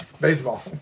Baseball